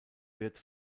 wirt